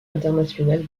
internationale